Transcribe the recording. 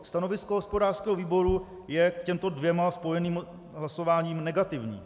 Stanovisko hospodářského výboru je k těmto dvěma spojeným hlasováním negativní.